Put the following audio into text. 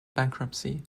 bankruptcy